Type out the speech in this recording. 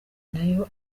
nayo